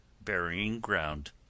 burying-ground